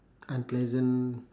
unpleasant